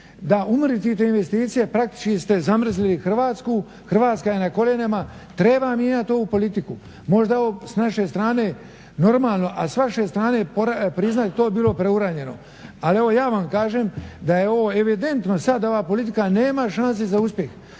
da umrtvite investicije, praktički ste zamrzili Hrvatsku, Hrvatska je na koljenima. Treba mijenjati ovu politiku. možda je ovo sa naše strane normalno ali sa vaše priznaj to bilo preuranjeno. Ali evo ja vam kažem da je ovo evidentno sada da ova politika nema šanse za uspjeh